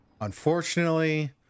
Unfortunately